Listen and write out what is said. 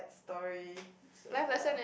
story so ya